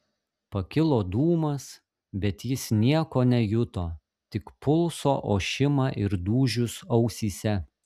pakilo dūmas bet jis nieko nejuto tik pulso ošimą ir dūžius ausyse